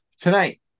tonight